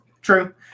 True